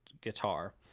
guitar